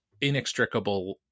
inextricable